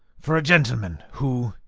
for a gentleman who,